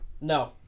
No